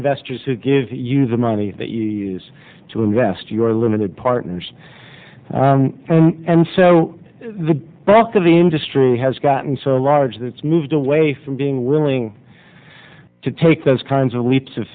investors who give you the money that you use to invest your limited partners and so the bulk of the industry has gotten so large that it's moved away from being willing to take those kinds of leaps